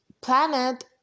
planet